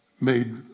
made